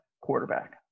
quarterback